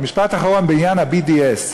משפט אחרון, בעניין ה-BDS.